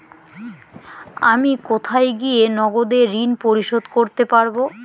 আমি কোথায় গিয়ে নগদে ঋন পরিশোধ করতে পারবো?